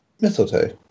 mistletoe